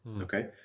okay